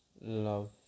love